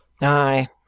Aye